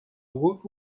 woot